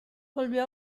volvió